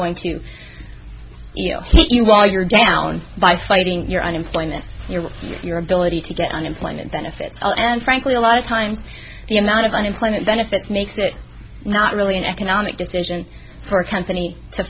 going to you know why you're down by fighting your unemployment here with your ability to get unemployment benefits and frankly a lot of times the amount of unemployment benefits makes it not really an economic decision for a company to